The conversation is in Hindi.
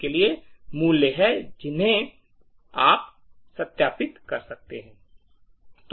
के लिए मूल्य है जिन्हें आप सत्यापित कर सकते हैं